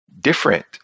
different